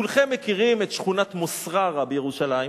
כולכם מכירים את שכונת מוסררה בירושלים.